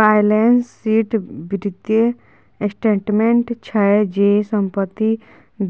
balance sheet बित्तीय statement छै जे, संपत्ति,